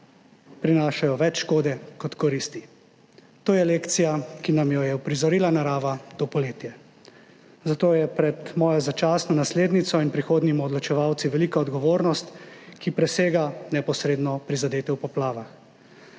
prinašajo več škode kot koristi. To je lekcija, ki nam jo je uprizorila narava to poletje. Zato je pred mojo začasno naslednico in prihodnjimi odločevalci velika odgovornost, ki presega neposredno prizadete v poplavah.